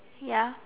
ya